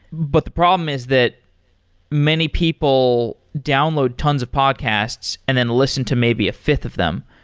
but the problem is that many people download tons of podcasts and then listen to maybe a fifth of them.